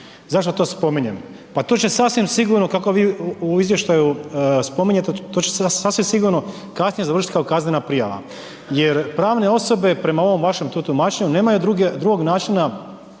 Zašto to spominjem? Pa to će sasvim sigurno kako vi u izvještaju spominjete, to će sasvim sigurno kasnije završiti kao kaznena prijava jer pravne osobe prema ovom vašem tu tumačenju, nemaju drugog načina